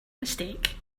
mistake